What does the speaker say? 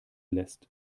lässt